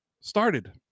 started